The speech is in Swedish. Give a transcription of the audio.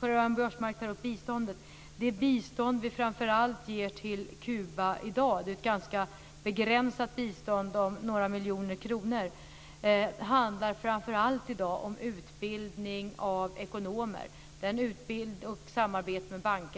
Karl-Göran Biörsmark tog upp biståndet. Det bistånd som vi ger till Kuba i dag är ett ganska begränsat bistånd om några miljoner kronor, och det handlar framför allt om utbildning av ekonomer och samarbete med banker.